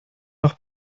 noch